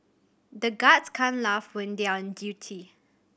the guards can't laugh when they are on duty